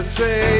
say